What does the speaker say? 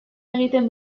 egiten